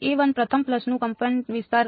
તેથી પ્રથમ પલ્સનું કંપનવિસ્તાર છે